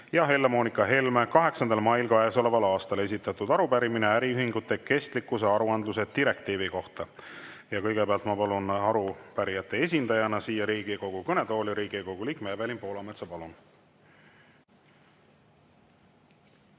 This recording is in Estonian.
ja Helle-Moonika Helme 8. mail käesoleval aastal esitatud arupärimine äriühingute kestlikkuse aruandluse direktiivi kohta. Ja kõigepealt ma palun arupärijate esindajana siia Riigikogu kõnetooli Riigikogu liikme Evelin Poolametsa. Palun!